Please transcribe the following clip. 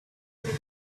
the